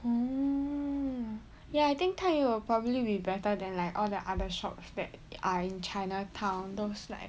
oh ya I think 探鱼 probably will be better than like all the other shops that are in chinatown those like